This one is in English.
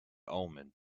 omen